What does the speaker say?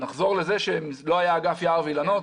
נחזור לזה שלא היה אגף יער ואילנות,